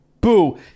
Boo